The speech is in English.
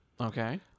Okay